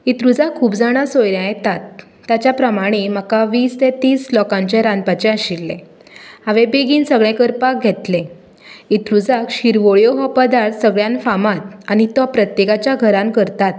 इंत्रुजाक खूब जाणां सोयऱ्यां येतात ताचे प्रमाणें म्हाका वीस ते तीस लोकांचें रांदपाचें आशिल्लें हांवे बेगीन सगळें करपाक घेतलें इंत्रुजाक शिरवोळ्यो हो पदार्थ सगल्यांत फामाद आनी तो प्रत्येकाच्या घरांत करतात